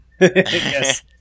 Yes